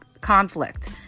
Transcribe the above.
conflict